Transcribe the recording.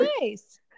nice